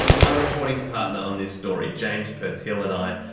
my reporting partner on this story, james purtill and i,